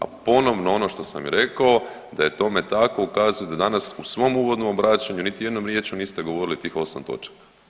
A ponovno ono što sam i rekao da je tome tako ukazuje da danas u svom uvodnom obraćanju niti jednom riječju niste govorili o tih osam točaka.